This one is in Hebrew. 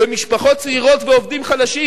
במשפחות צעירות ובעובדים חלשים,